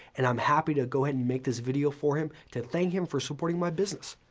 and i'm happy to go ahead and make this video for him to thank him for supporting my business.